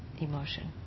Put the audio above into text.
emotion